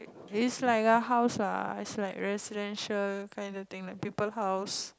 it's like a house lah it's like a residential kinda thing like people house